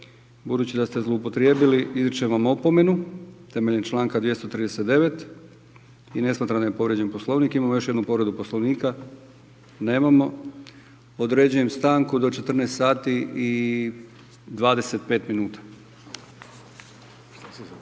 Budući da ste zloupotrijebili izričem vam opomenu temeljem članka 239. i ne smatram da je povrijeđen Poslovnik. Imamo još jednu povredu Poslovnika? Nemamo. Određujem stanku do 14 sati i 25 minuta.